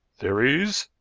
theories,